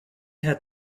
had